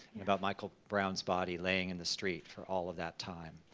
about michael brown's body laying in the street for all of that time.